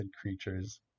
creatures